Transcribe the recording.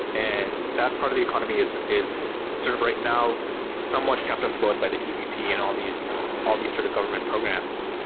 and that part of the economy is is sort of right now somewhat kept afloat by the ppp and all these all these sort of government programs,